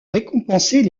récompenser